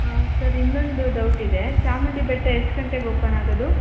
ಹಾಂ ಸರ್ ಇನ್ನೊಂದು ಡೌಟ್ ಇದೆ ಚಾಮುಂಡಿ ಬೆಟ್ಟ ಎಷ್ಟು ಗಂಟೆಗೆ ಓಪನ್ ಆಗೋದು